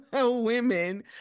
women